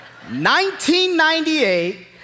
1998